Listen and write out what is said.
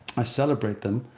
i celebrate them.